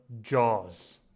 Jaws